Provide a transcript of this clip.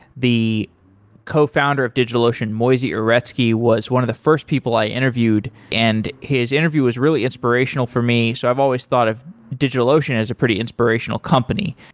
the cofounder of digitalocean, moisey uretsky, was one of the first people i interviewed, and his interview was really inspirational for me. so i've always thought of digitalocean as a pretty inspirational company.